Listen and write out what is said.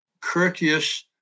courteous